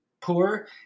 poor